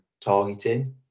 targeting